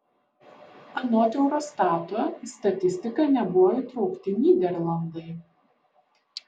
anot eurostato į statistiką nebuvo įtraukti nyderlandai